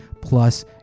plus